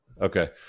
Okay